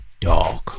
dog